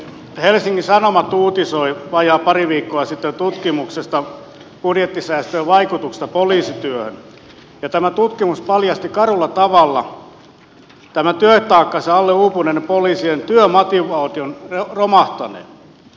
helsingin sanomat uutisoi vajaat pari viikkoa sitten tutkimuksesta budjettisäästön vaikutuksista poliisityöhön ja tämä tutkimus paljasti karulla tavalla työtaakkansa alle uupuneiden poliisien työmotivaation romahtaneen